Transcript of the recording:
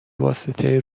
واسطه